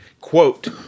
quote